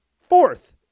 fourth